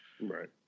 Right